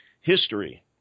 history